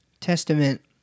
Testament